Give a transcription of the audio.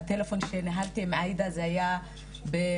הטלפון שניהלתי עם עאידה זה היה במסע,